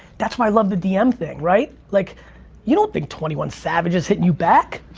that's why i love the dm thing right like you don't think twenty one savage is hitting you back,